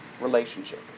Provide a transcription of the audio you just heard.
relationship